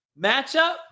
matchup